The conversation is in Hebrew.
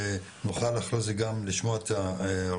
שנוכל אחרי זה גם לשמוע את הרשויות,